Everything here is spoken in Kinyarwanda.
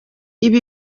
ibi